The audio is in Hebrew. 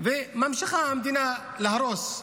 והמדינה ממשיכה להרוס.